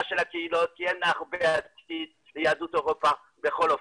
של הקהילות כי אין הרבה עתיד ליהדות אירופה בכל אופן.